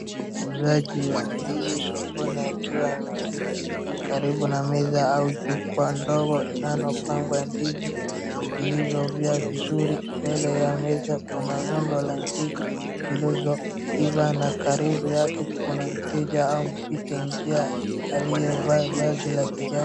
Muuzaji wa ndizi sokoni akiwa ameketi karibu na meza au jukwaa ndogo linalopangwa ndizi zilizomea vizuri mbele ya meza kuna rundo la ndizi zilizoiva na karibu yake kuna mteja au mpita njia aliyevaa vazi la kijani.